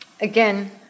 Again